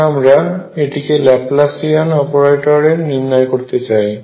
এখন আমরা এটিকে ল্যাপলাসিয়ান অপারেটরে নির্ণয় করতে চাই